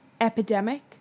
epidemic